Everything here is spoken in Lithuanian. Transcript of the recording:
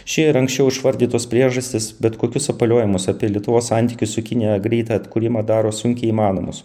ši ir anksčiau išvardytos priežastys bet kokius sapaliojimus apie lietuvos santykių su kinija greitą atkūrimą daro sunkiai įmanomus